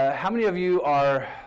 ah how many of you are,